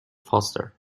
foster